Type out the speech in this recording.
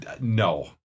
No